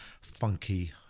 Funky